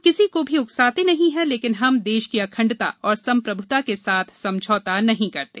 हम किसी को भी उकसाते नहीं हैं लेकिन हम देश की अखण्डता और संप्रभुता के साथ समझौता नहीं करते